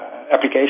application